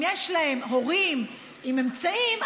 אם יש להם הורים עם אמצעים,